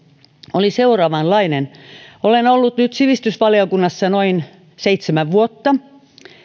oli seuraavanlainen olen ollut nyt sivistysvaliokunnassa noin seitsemän vuotta